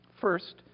First